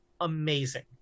amazing